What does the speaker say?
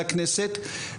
אני מודה לכל מי שמשתתף כאן.